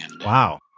Wow